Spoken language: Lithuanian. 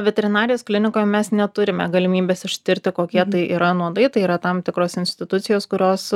veterinarijos klinikoje mes neturime galimybės ištirti kokie tai yra nuodai tai yra tam tikros institucijos kurios